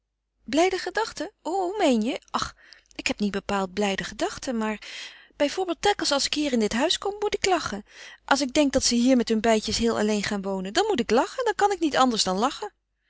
blijde gedachten hoe meen je ach ik heb niet bepaald blijde gedachten maar bij voorbeeld telkens als ik hier in dit huis kom moet ik lachen als ik denk dat ze hier met hun beidjes heel alleen gaan wonen dan moet ik lachen dan kan ik niet anders dan lachen